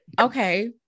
okay